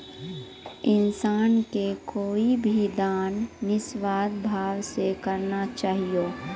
इंसान के कोय भी दान निस्वार्थ भाव से करना चाहियो